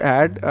add